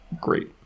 Great